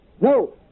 No